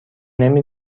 نمی